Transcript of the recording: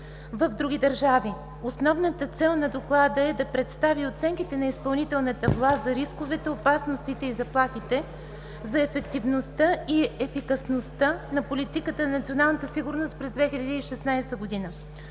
в други държави. Основната цел на доклада е да представи оценките на изпълнителната власт за рисковете, опасностите и заплахите, за ефективността и ефикасността на политиката за национална сигурност през 2016 г.,